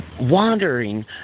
Wandering